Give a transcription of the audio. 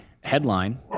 headline